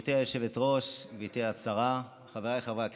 גברתי היושבת-ראש, גברתי השרה, חבריי חברי הכנסת,